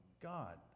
God